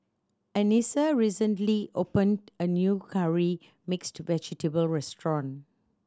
Anissa recently opened a new Curry Mixed Vegetable restaurant